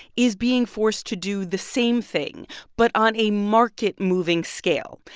is being forced to do the same thing but on a market-moving scale.